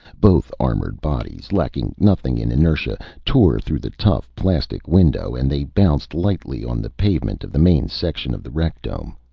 both armored bodies, lacking nothing in inertia, tore through the tough plastic window, and they bounced lightly on the pavement of the main section of the rec-dome.